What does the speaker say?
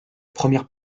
première